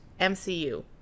mcu